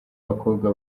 abakobwa